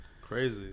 Crazy